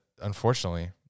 unfortunately